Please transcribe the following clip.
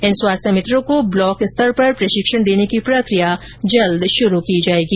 इन स्वास्थ्य मित्रों को ब्लॉक स्तर पर प्रशिक्षण देने की प्रक्रिया जल्द शुरू की जाएगी